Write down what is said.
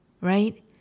right